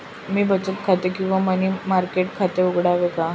मी बचत खाते किंवा मनी मार्केट खाते उघडावे का?